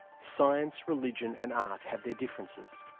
science, religion and art have their differences.